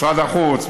משרד החוץ,